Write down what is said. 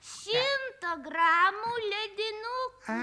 šimto gramų ledinukų